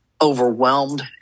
overwhelmed